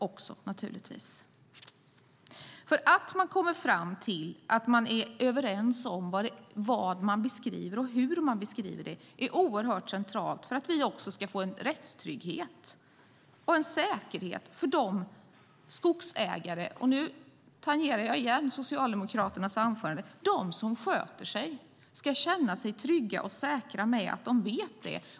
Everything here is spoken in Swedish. Det är centralt att man kommer fram till att man är överens om vad man beskriver och hur man beskriver det för att vi ska få en rättstrygghet och en säkerhet. Det handlar om att de skogsägare - och nu tangerar jag igen Socialdemokraternas anförande - som sköter sig ska känna sig trygga och säkra med att de vet detta.